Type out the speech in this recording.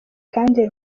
kandi